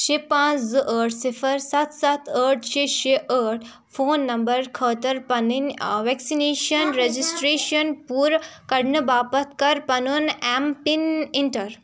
شےٚ پانٛژھ زٕ ٲٹھ صِفر سَتھ سَتھ ٲٹھ شےٚ شےٚ ٲٹھ فون نَمبَر خٲطٕر پَنٕنۍ وٮ۪کسِنیشَن رٮ۪جِسٹرٛیشَن پوٗرٕ کَرنہٕ باپَتھ کَر پَنُن اٮ۪م پِن اِنٹَر